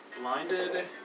blinded